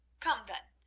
come then,